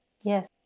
Yes